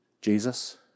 Jesus